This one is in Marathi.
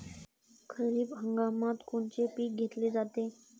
खरिप हंगामात कोनचे पिकं घेतले जाते?